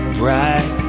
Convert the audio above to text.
bright